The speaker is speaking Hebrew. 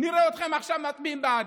נראה אתכם עכשיו מצביעים בעד.